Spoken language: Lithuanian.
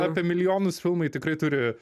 apie milijonus filmai tikrai turi